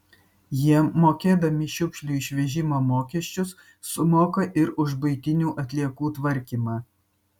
jie mokėdami šiukšlių išvežimo mokesčius sumoka ir už buitinių atliekų tvarkymą